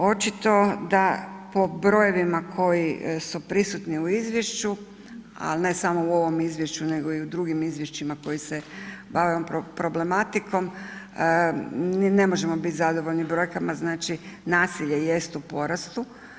Očito da po brojevima koji su prisutni u izvješću, ali ne samo u ovom izvješću, nego i u drugim izvješćima koje se bave problematikom, ne možemo biti zadovoljni brojkama, znači nasilje jest u porastu.